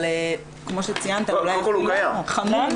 אבל כמו שציינת אולי --- קודם כל,